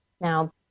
Now